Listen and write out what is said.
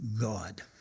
God